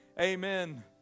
Amen